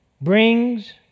brings